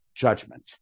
judgment